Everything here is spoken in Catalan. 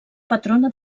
patrona